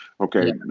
Okay